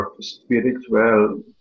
spiritual